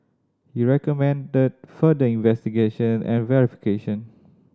he recommended further investigation and verification